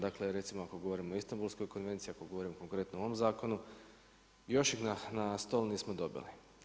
Dakle, recimo ako govorimo o Istambulskoj konvenciji, ako govorimo konkretno o ovom zakonu i još ih na stol nismo dobili.